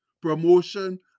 promotion